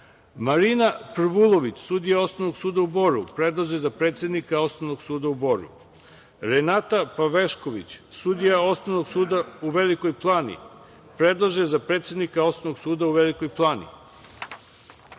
Marina Prvulović sudija osnovnog suda u Boru, predložena za predsednika osnovnog suda u Boru, Renata Pavešković sudija osnovnog suda u Velikoj Plani, predložena za predsednika Osnovnog suda u Velikoj Plani;